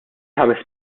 ħames